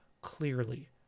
clearly